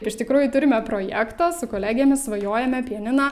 iš tikrųjų turime projektą su kolegėmis svajojame pianiną